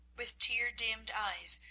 with tear-dimmed eyes,